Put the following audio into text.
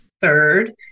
third